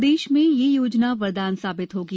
प्रदेश में यह योजना वदान साबित होगी